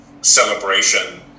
celebration